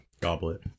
Goblet